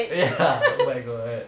ya oh my god